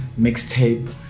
mixtape